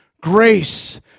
grace